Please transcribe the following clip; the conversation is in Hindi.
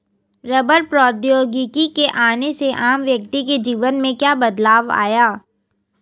रबड़ प्रौद्योगिकी के आने से आम व्यक्ति के जीवन में क्या बदलाव आया?